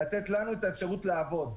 לתת לנו את האפשרות לעבוד.